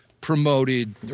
promoted